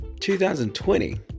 2020